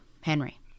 Henry